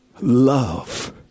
love